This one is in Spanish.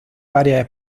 varias